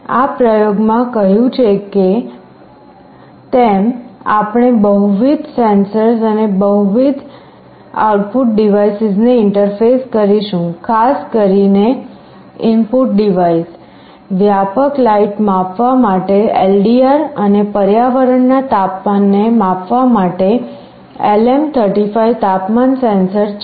આ પ્રયોગમાં કહ્યું છે તેમ આપણે બહુવિધ સેન્સર્સ અને બહુવિધ આઉટપુટ ડિવાઇસને ઇન્ટરફેસ કરીશું ખાસ કરીને ઇનપુટ ડિવાઇસ વ્યાપક લાઇટ માપવા માટે LDR અને પર્યાવરણના તાપમાનને માપવા માટે LM35 તાપમાન સેન્સર છે